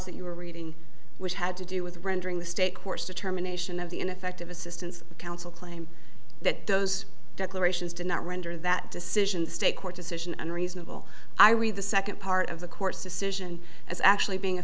that you were reading which had to do with rendering the state courts determination of the ineffective assistance of counsel claim that those declarations did not render that decision state court decision and reasonable i read the second part of the court's decision as actually being a